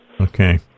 Okay